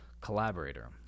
Collaborator